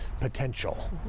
potential